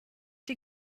die